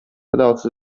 brauc